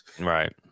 right